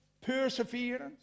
perseverance